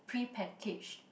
pre packaged